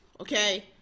Okay